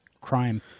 crime